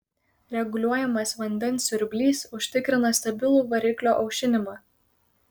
reguliuojamas vandens siurblys užtikrina stabilų variklio aušinimą